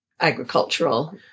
agricultural